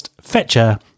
Fetcher